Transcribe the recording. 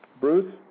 Bruce